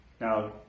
Now